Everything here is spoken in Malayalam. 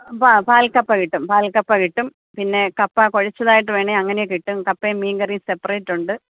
പാ പാൽ കപ്പ കിട്ടും പാൽകപ്പ കിട്ടും പിന്നെ കപ്പ കുഴച്ചതായിട്ട് വേണേൽ അങ്ങനെ കിട്ടും കപ്പയും മീൻ കറിയും സെപ്പറേറ്റ് ഉണ്ട്